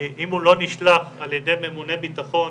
אם הוא לא נשלח על ידי ממונה בטחון,